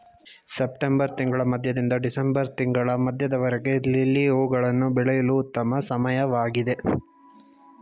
September ತಿಂಗಳ ಮಧ್ಯದಿಂದ December ತಿಂಗಳ ಮಧ್ಯದವರೆಗೆ ಲಿಲ್ಲಿ ಹೂವುಗಳನ್ನು ಬೆಳೆಯಲು ಉತ್ತಮ ಸಮಯವಾಗಿದೆ